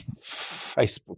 Facebook